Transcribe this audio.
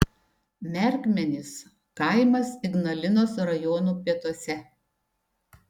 merkmenys kaimas ignalinos rajono pietuose